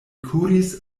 kuris